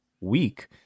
week